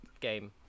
game